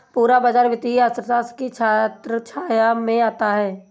पूरा बाजार वित्तीय अर्थशास्त्र की छत्रछाया में आता है